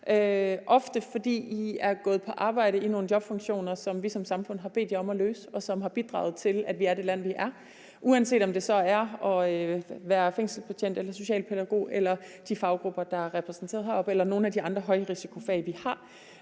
ofte fordi I er gået på arbejde i nogle jobfunktioner, som vi som samfund har bedt jer om at løse, og som har bidraget til, at vi er det land, vi er, uanset om det er så er at være fængselsbetjent, socialpædagog, de faggrupper, der er repræsenteret deroppe, eller nogle af de andre højrisikofag, vi har.